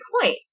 point